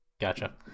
Gotcha